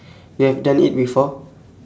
you have done it before